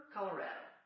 Colorado